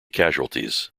casualties